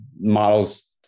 models